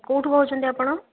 କେଉଁଠୁ କହୁଛନ୍ତି ଆପଣ